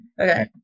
Okay